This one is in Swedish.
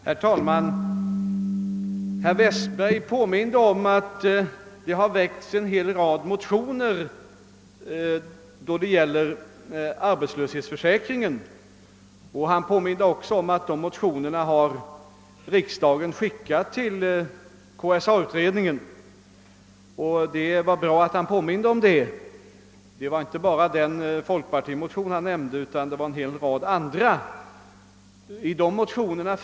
Herr talman! Herr Westberg påminde om att en hel rad motioner rörande arbetslöshetsförsäkring har väckts. Han påminde också om att riksdagen skickat dessa motioner till KSA-utredningen. Det var bra att han påminde om detta. Det gäller inte bara den folkpartimotion han nämnde om utan även en hel rad andra motioner.